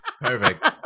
Perfect